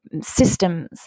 systems